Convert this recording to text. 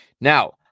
Now